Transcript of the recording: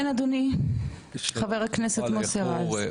כן, אדוני, חבר הכנסת מוסי רז.